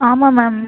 ஆமாம் மேம்